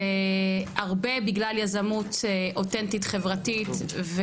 והרבה בגלל יזמות אותנטית חברתית.